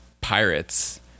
pirates